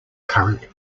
current